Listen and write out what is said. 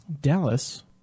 Dallas